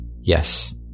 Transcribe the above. Yes